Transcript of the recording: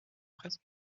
presse